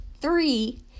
Three